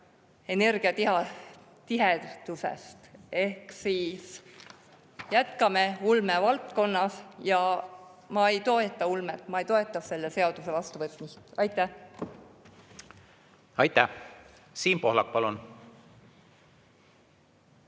energiatihedusest. Ehk siis jätkame ulmevaldkonnas. Ma ei toeta ulmet ja ma ei toeta selle seaduse vastuvõtmist. Aitäh! Aitäh! Siim Pohlak, palun!